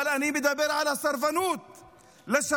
אבל אני מדבר על הסרבנות לשלום.